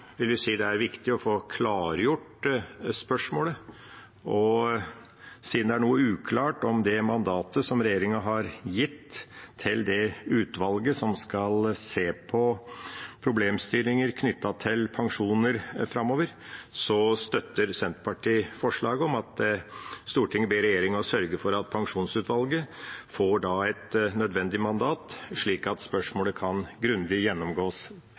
vil vi si det er viktig å få klargjort spørsmålet. Siden det er noe uklart om det mandatet som regjeringa har gitt til det utvalget som skal se på problemstillinger knyttet til pensjoner framover, står Senterpartiet sammen med Arbeiderpartiet bak forslaget om at Stortinget ber regjeringa sørge for at pensjonsutvalget får et nødvendig mandat, slik at spørsmålet kan grundig gjennomgås